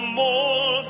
more